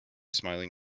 smiling